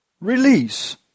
Release